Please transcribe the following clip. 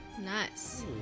Nice